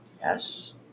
Yes